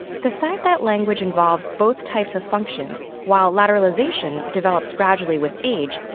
the fact that language involves both types of functions while lateralization develops gradually with age,